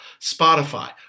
Spotify